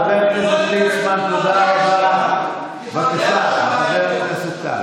חבר הכנסת ליצמן, חבר הכנסת קריב.